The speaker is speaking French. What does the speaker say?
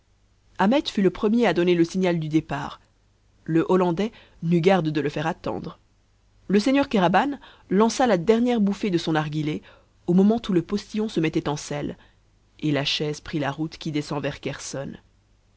ahmet fut le premier à donner le signal du départ le hollandais n'eut garde de le faire attendre le seigneur kéraban lança la dernière bouffée de son narghilé au moment où le postillon se mettait en selle et la chaise prit la route qui descend vers